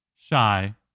shy